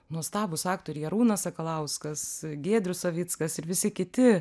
nuostabūs aktoriai arūnas sakalauskas giedrius savickas ir visi kiti